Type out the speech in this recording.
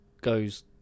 goes